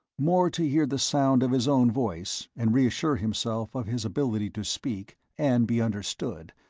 more to hear the sound of his own voice, and reassure himself of his ability to speak and be understood,